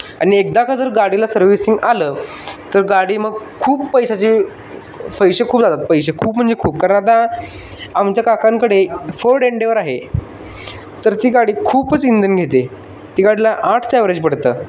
आणि एकदा का जर गाडीला सर्व्हिसिंग आलं तर गाडी मग खूप पैशाचे पैसे खूप जातात पैसे खूप म्हणजे खूप कारण आता आमच्या काकांकडे फोर्ड एंडेवर आहे तर ती गाडी खूपच इंधन घेते ती गाडीला आठचं ॲव्हरेज पडतं